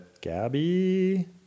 Gabby